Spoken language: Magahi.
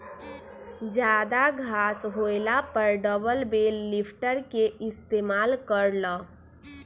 जादा घास होएला पर डबल बेल लिफ्टर के इस्तेमाल कर ल